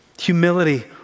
Humility